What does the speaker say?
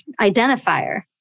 identifier